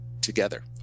together